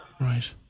Right